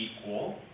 equal